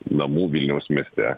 namų vilniaus mieste